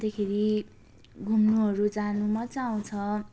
अन्तखेरि घुम्नुहरू जानु मज्जा आउँछ